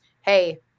hey